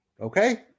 Okay